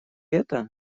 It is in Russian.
это